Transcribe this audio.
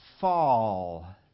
fall